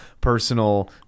personal